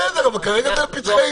בסדר, אבל כרגע זה לפתחנו.